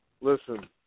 Listen